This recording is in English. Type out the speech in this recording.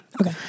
Okay